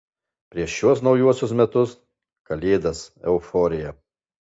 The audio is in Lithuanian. prieš šiuos naujuosius metus kalėdas euforija